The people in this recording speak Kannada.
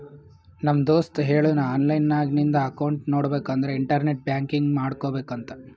ನಮ್ ದೋಸ್ತ ಹೇಳುನ್ ಆನ್ಲೈನ್ ನಾಗ್ ನಿಂದ್ ಅಕೌಂಟ್ ನೋಡ್ಬೇಕ ಅಂದುರ್ ಇಂಟರ್ನೆಟ್ ಬ್ಯಾಂಕಿಂಗ್ ಮಾಡ್ಕೋಬೇಕ ಅಂತ್